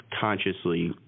consciously